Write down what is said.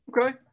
Okay